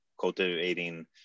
cultivating